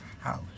house